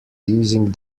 using